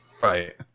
Right